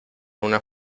una